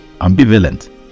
ambivalent